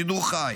בשידור חי.